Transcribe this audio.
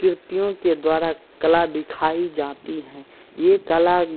किर्तियों के द्वारा कला दिखाई जाती है यह कला